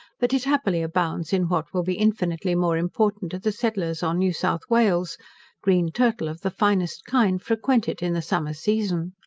but it happily abounds in what will be infinitely more important to the settlers on new south wales green turtle of the finest kind frequent it in the summer season.